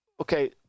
Okay